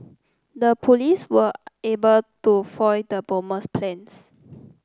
the police were able to foil the bomber's plans